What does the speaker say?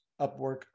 Upwork